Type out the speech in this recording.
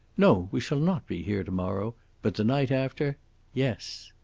no, we shall not be here to-morrow but the night after yes.